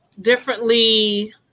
differently